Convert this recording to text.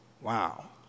Wow